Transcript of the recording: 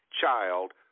child